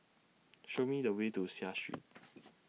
Show Me The Way to Seah Street